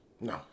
No